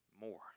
more